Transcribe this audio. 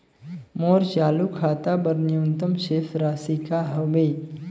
मोर चालू खाता बर न्यूनतम शेष राशि का हवे?